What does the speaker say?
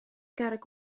garreg